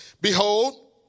behold